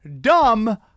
dumb